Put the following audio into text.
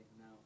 now